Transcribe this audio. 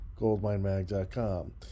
goldminemag.com